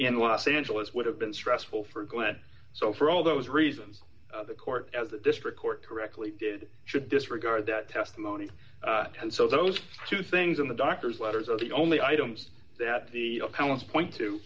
in los angeles would have been stressful for glenn so for all those reasons the court as the district court correctly did should disregard that testimony so those two things in the doctor's letters are the only items that the accounts point